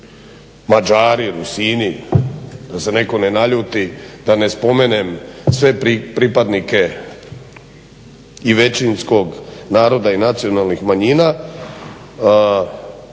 Mađari, Rusini da se netko ne naljuti da ne spomenem sve pripadnike i većinskog naroda i nacionalnih manjina